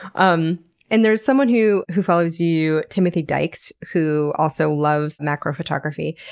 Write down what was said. um and there's someone who who follows you, timothy dykes, who also loves macro photography,